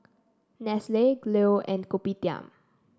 Nestle Leo and Kopitiam